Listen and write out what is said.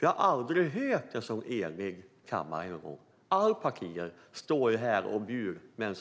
Jag har aldrig hört en så enig kammare förut. Alla partier står ju här och bjuder över